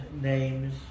names